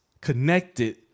connected